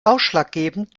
ausschlaggebend